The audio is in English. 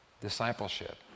discipleship